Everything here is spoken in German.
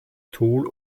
tool